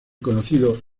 conocido